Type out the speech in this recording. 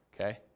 okay